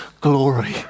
glory